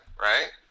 right